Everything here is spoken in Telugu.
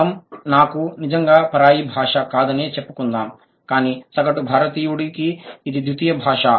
ఆంగ్లం నాకు నిజంగా పరాయి భాష కాదని చెప్పుకుందాం కానీ సగటు భారతీయుడికి ఇది ద్వితీయ భాష